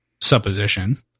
supposition